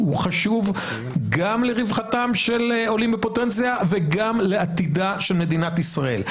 הוא חשוב גם לרווחתם של העולים בפוטנציה וגם לעתידה של מדינת ישראל.